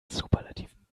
superlativen